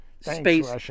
space